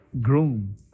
groom